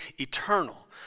eternal